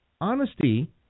honesty